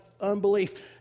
unbelief